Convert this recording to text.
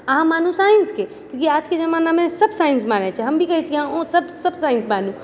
अहाँ मानु साइंसके चुकी आजके जमानामे सब साइंस मानै छै हम भी कहै छी अहुँसब सब सब साइंस मानु